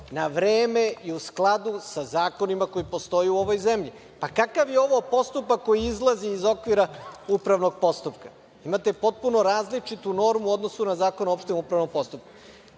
na vreme i u skladu sa zakonima koji postoje u ovoj zemlji? Kakav je ovo postupak koji izlazi iz okvira upravnog postupka? Imate potpuno različitu normu u odnosu na Zakon o opštem upravnom postupku. Sa